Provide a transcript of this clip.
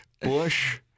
Bush